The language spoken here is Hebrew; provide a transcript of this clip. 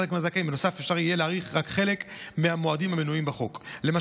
אפילו מדינת ישראל למודת המלחמות ומוכת הטרור